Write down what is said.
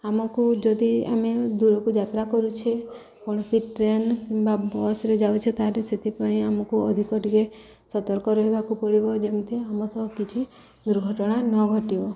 ଆମକୁ ଯଦି ଆମେ ଦୂରକୁ ଯାତ୍ରା କରୁଛେ କୌଣସି ଟ୍ରେନ୍ କିମ୍ବା ବସ୍ରେ ଯାଉଛେ ତାେ ସେଥିପାଇଁ ଆମକୁ ଅଧିକ ଟିକେ ସତର୍କ ରହିବାକୁ ପଡ଼ିବ ଯେମିତି ଆମ ସହ କିଛି ଦୁର୍ଘଟଣା ନ ଘଟିବ